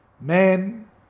man